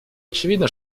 очевидно